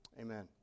Amen